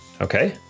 Okay